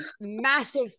massive